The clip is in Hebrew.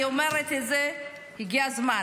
לכן אני אומרת את זה: הגיע הזמן.